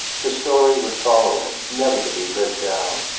the story would follow him, never to be lived down.